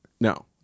No